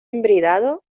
embridado